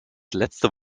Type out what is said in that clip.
letzte